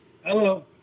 Hello